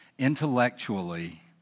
intellectually